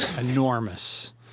Enormous